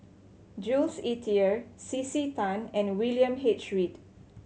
Jules Itier C C Tan and William H Read